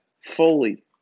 fully